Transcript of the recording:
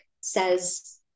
says